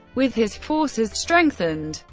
with his forces strengthened,